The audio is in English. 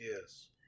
Yes